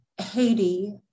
Haiti